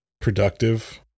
productive